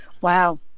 wow